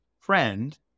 friend